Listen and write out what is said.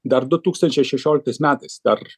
dar du tūkstančiai šešioliktais metais dar